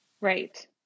right